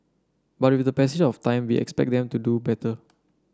but with the passage of time we expect them to do better